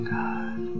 God